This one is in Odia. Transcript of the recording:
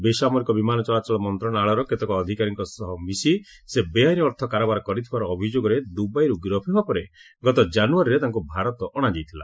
ବେସାମରିକ ବିମାନ ଚଳାଚଳ ମନ୍ତ୍ରଣାଳୟର କେତେକ ଅଧିକାରୀଙ୍କ ସହ ମିଶି ସେ ବେଆଇନ ଅର୍ଥ କାରବାର କରିଥିବାର ଅଭିଯୋଗରେ ଦୁବାଇରୁ ଗିରଫ ହେବା ପରେ ଗତ ଜାନୁୟାରୀରେ ତାଙ୍କୁ ଭାରତ ଅଣାଯାଇଥିଲା